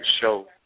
show